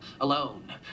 Alone